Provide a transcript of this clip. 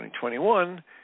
2021